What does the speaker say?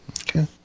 Okay